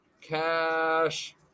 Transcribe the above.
cash